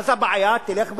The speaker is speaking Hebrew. אז הבעיה תלך ותתפח,